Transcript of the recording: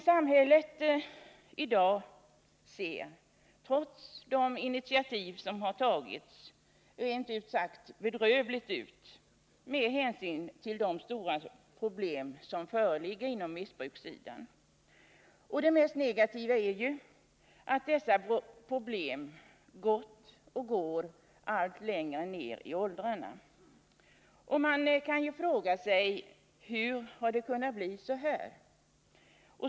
Samhället i dag ser — trots de inititativ som tagits — faktiskt rent bedrövligt ut med hänsyn till de stora problem som föreligger på missbrukssidan. Och Nr 54 det mest negativa är ju att dessa problem gått och går allt längre ner i åldrarna. Man kan fråga sig: Hur har det kunnat bli så här?